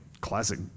classic